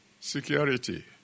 security